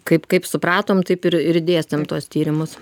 kaip kaip supratom taip ir ir dėstėm tuos tyrimus